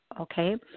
okay